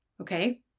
Okay